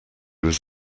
was